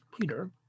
Peter